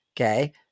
Okay